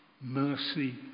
mercy